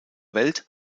welt